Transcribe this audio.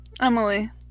Emily